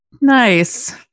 Nice